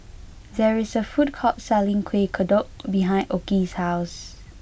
there is a food court selling Kueh Kodok behind Okey's house